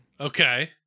Okay